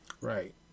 Right